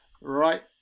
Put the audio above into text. Right